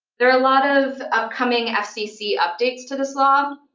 there are a lot of upcoming ah fcc updates to this law,